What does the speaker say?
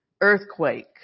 earthquake